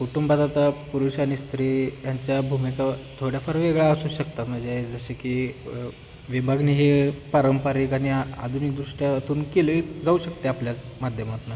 कुटुंबात आता पुरुष आणि स्त्री यांच्या भूमिका थोड्याफार वेगळ्या असू शकतात म्हणजे जसे की विभागणी काही पारंपरिक आणि आधुनिक दृष्ट्यातून केले जाऊ शकते आपल्या माध्यमातनं